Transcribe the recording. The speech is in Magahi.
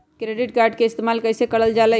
क्रेडिट कार्ड के इस्तेमाल कईसे करल जा लई?